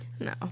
No